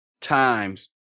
times